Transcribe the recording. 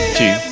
two